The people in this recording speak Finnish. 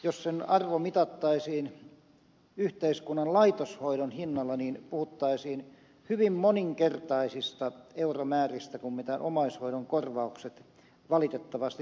jos sen arvo mitattaisiin yhteiskunnan laitoshoidon hinnalla niin puhuttaisiin hyvin moninkertaisista euromääristä verrattuna siihen mitä omaishoidon korvaukset valitettavasti tällä hetkellä ovat